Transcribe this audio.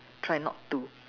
try not to